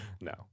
No